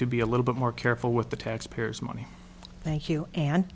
to be a little bit more careful with the tax payers money thank you and